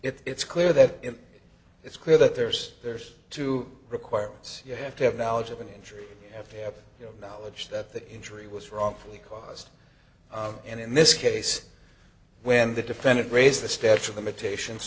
the it's clear that in it's clear that there's there's two requirements you have to have knowledge of an injury have to have knowledge that the injury was wrongfully caused and in this case when the defendant raised the statue of limitations